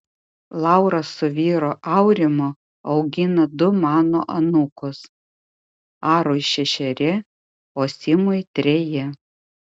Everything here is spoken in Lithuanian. laura su vyru aurimu augina du mano anūkus arui šešeri o simui treji